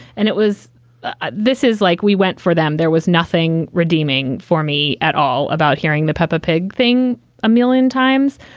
and it was ah this is like we went for them. there was nothing redeeming for me at all about hearing the peppa pig thing a million times,